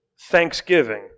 thanksgiving